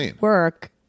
work